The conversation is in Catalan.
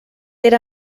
era